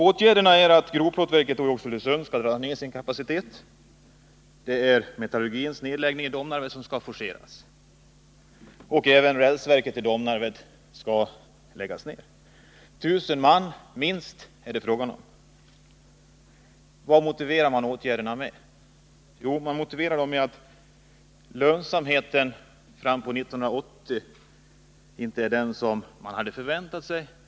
Åtgärderna är att grovplåtverket i Oxelösund skall dra ned sin kapacitet, att metallurgins nedläggning i Domnarvet skall forceras och att även rälsverket i Domnarvet skall läggas ned. Det är fråga om minst 1000 man. Vad motiverar man åtgärderna med? Jo, man motiverar dem med att lönsamheten fram på 1980-talet inte blir den man hade förväntat sig.